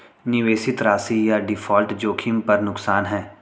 निवेशित राशि या डिफ़ॉल्ट जोखिम पर नुकसान है